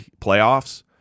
playoffs